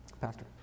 pastor